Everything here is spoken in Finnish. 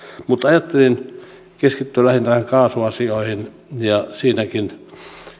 mutta ajattelin keskittyä lähinnä näihin kaasuasioihin ja siinäkin